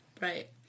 Right